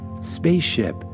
Spaceship